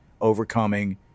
overcoming